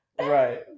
Right